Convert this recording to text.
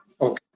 Okay